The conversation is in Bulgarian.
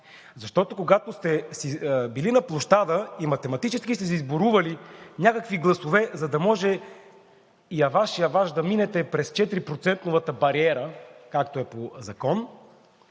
Защото, когато сте били на площада и математически сте си сборували някакви гласове, за да може яваш-яваш да минете през четирипроцентовата бариера, както е по закон,